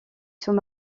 sous